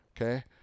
okay